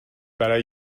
برای